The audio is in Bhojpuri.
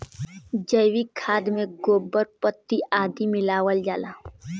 जैविक खाद में गोबर, पत्ती आदि मिलावल जाला